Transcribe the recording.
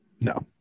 No